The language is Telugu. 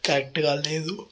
కరెక్ట్గా లేదు